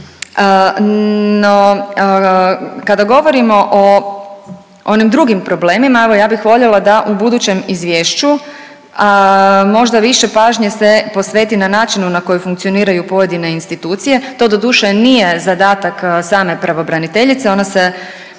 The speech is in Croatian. Kada govorimo o onim drugim problemima, evo ja bih voljela da u budućem izvješću možda više pažnje se posveti na načinu na koji funkcioniraju pojedine institucije, to doduše nije zadatak same pravobraniteljice, ona se